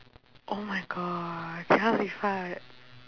oh my god